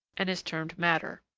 and is termed matter.